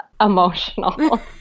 emotional